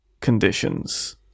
conditions